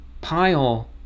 pile